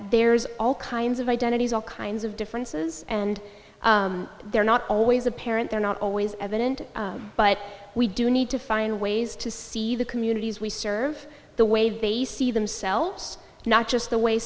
there's all kinds of identities all kinds of differences and they're not always apparent they're not always evident but we do need to find ways to see the communities we serve the way they see themselves not just the way